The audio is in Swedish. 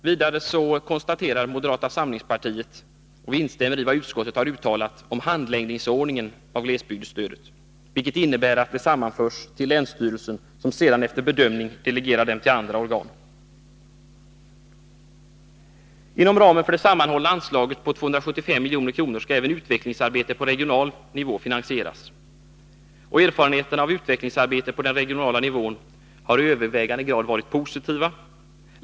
: Vidare instämmer moderata samlingspartiet i vad utskottet har uttalat om handläggningsordningen när det gäller glesbygdsstödet, vilket innebär att alla ärenden förs till länsstyrelsen, som sedan efter bedömning delegerar dem till andra organ. Inom ramen för det sammanhållna anslaget på 275 milj.kr. skall även utvecklingsarbetet på regional nivå finansieras. Erfarenheterna av utvecklingsarbetet på den regionala nivån har i övervägande grad varit positiva.